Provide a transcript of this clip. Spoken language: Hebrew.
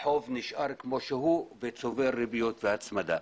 החוב נשאר כמות שהוא וצובר ריביות והצמדה.